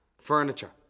furniture